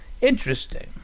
Interesting